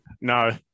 No